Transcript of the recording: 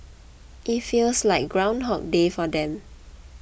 it feels like groundhog day for them